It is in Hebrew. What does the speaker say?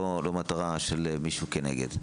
לא מטרה של מישהו כנגד.